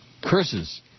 Curses